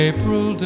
April